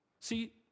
See